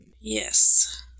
Yes